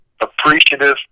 appreciative